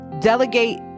Delegate